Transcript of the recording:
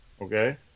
Okay